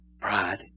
pride